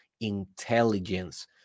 intelligence